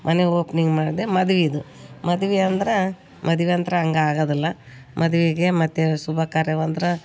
ಮನೆ ಓಪ್ನಿಂಗ್ ಮಾಡಿದೆ ಮದ್ವೆದು ಮದ್ವೆ ಅಂದ್ರೆ ಮದ್ವೆ ಅಂದ್ರ ಹಂಗ್ ಆಗೊದಿಲ್ಲ ಮದ್ವೆಗೆ ಮತ್ತೆ ಶುಭಕಾರ್ಯವಂದ್ರ